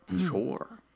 Sure